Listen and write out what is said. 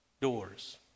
doors